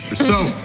so,